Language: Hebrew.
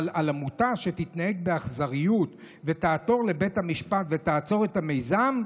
אבל על עמותה שתתנהג באכזריות ותעתור לבית המשפט ותעצור את המיזם,